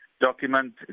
document